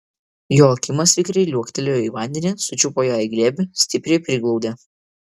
joakimas vikriai liuoktelėjo į vandenį sučiupo ją į glėbį stipriai priglaudė